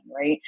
right